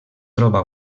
troba